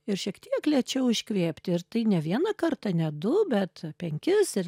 ir šiek tiek lėčiau iškvėpti ir tai ne vieną kartą ne du bet penkis ir